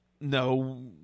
No